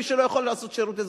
מי שלא יכול לעשות שירות אזרחי,